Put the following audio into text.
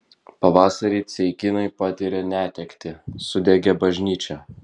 pavasarį ceikiniai patyrė netektį sudegė bažnyčia